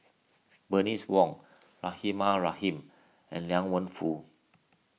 Bernice Wong Rahimah Rahim and Liang Wenfu